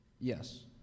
Yes